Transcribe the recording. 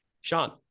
sean